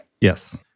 Yes